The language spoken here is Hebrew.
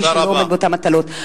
מי שלא עומד באותן מטלות.